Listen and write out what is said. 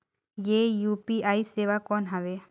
ये यू.पी.आई सेवा कौन हवे?